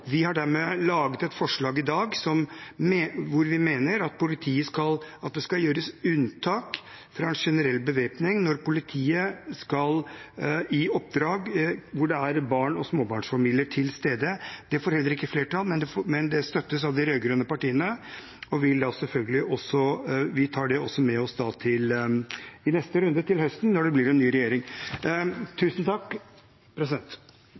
Vi har laget et forslag i dag der vi mener at det skal gjøres unntak fra generell bevæpning når politiet skal i oppdrag hvor barn og småbarnsfamilier er til stede. Det får heller ikke flertall, men det støttes av de rød-grønne partiene. Vi tar det med oss i neste runde, til høsten, når det blir en ny regjering.